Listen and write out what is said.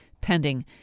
pending